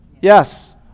Yes